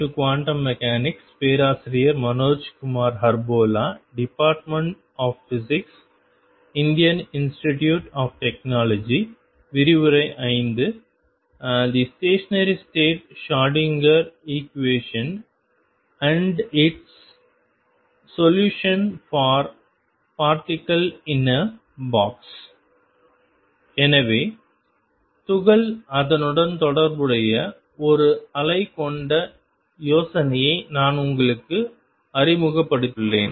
தீ stationary state Schrodinger equation and it is solution for பார்ட்டிகள் in a box எனவே துகள் அதனுடன் தொடர்புடைய ஒரு அலை கொண்ட யோசனையை நான் உங்களுக்கு அறிமுகப்படுத்தியுள்ளேன்